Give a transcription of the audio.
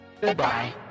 Goodbye